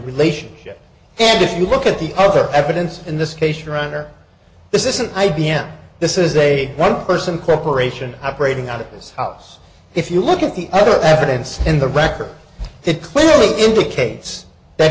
relationship and if you look at the other evidence in this case your honor this isn't i b m this is a one person corporation operating out of his house if you look at the other evidence in the record that clearly indicates that